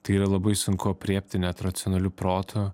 tai yra labai sunku aprėpti net racionaliu protu